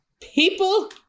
People